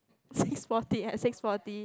six forty yeah six forty